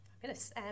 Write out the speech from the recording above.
Fabulous